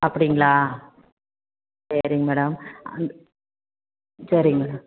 அப்படிங்களா சரிங்க மேடம் அந்த சரி மேடம்